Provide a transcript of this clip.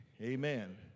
Amen